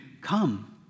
come